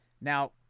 Now